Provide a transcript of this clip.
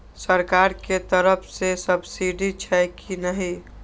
सरकार के तरफ से सब्सीडी छै कि नहिं?